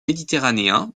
méditerranéens